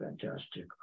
fantastic